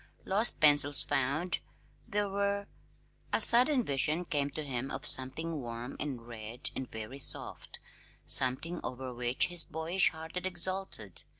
lost pencils found there were a sudden vision came to him of something warm and red and very soft something over which his boyish heart had exulted.